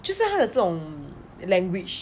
就是他的这种 language